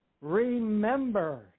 Remember